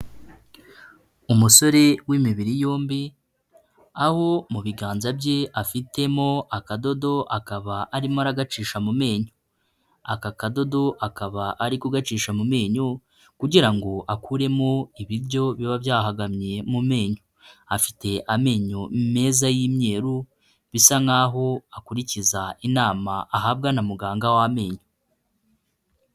Umusore w'imibiri yombi, aho mu biganza bye afitemo akadodo akaba arimo aragacisha mu menyo, aka kadodo akaba ari kugacisha mu menyo kugira ngo akuremo ibiryo biba byahagamye mu menyo, afite amenyo meza y'imyeru bisa nkaho akurikiza inama ahabwa na muganga w'amenyo.